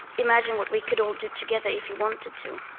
imagine what we could all do together if you wanted to.